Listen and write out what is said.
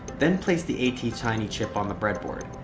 then place the attiny chip on the breadboard.